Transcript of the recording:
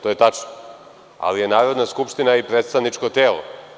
To je tačno, ali je Narodna skupština i predstavničko telo.